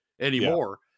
anymore